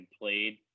played